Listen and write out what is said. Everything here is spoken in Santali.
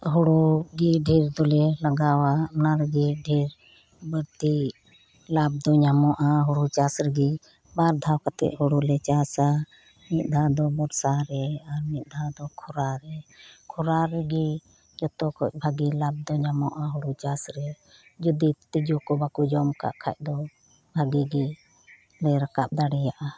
ᱦᱩᱲᱩ ᱜᱮ ᱰᱷᱮᱨ ᱫᱚᱞᱮ ᱞᱟᱜᱟᱣᱟ ᱚᱱᱟᱨᱮᱜᱮ ᱰᱷᱮᱨ ᱵᱟᱲᱛᱤ ᱞᱟᱵᱷ ᱫᱚ ᱧᱟᱢᱚᱜᱼᱟ ᱦᱩᱲᱩ ᱪᱟᱥ ᱨᱮᱜᱮ ᱵᱟᱨ ᱫᱷᱟᱣ ᱠᱟᱛᱮᱜ ᱦᱩᱲᱩ ᱞᱮ ᱪᱟᱥᱟ ᱢᱤᱜᱫᱷᱟᱣ ᱫᱚ ᱵᱚᱨᱥᱟ ᱨᱮ ᱟᱨ ᱢᱤᱜᱫᱷᱟᱣ ᱫᱚ ᱠᱷᱚᱨᱟ ᱨᱮ ᱠᱷᱚᱨᱟ ᱨᱮᱜᱮ ᱡᱚᱛᱚ ᱠᱷᱚᱡ ᱵᱷᱜᱤ ᱞᱟᱵᱷ ᱫᱚ ᱧᱟᱢᱚᱜᱼᱟ ᱦᱩᱲᱩ ᱪᱟᱥ ᱨᱮ ᱡᱩᱫᱤ ᱛᱤᱡᱩ ᱠᱚ ᱵᱟᱠᱚ ᱡᱚᱢ ᱠᱟᱜ ᱠᱷᱟᱡ ᱫᱚ ᱵᱷᱟᱜᱮ ᱜᱮ ᱨᱟᱠᱟᱵ ᱫᱟᱲᱮᱭᱟᱜᱼᱟ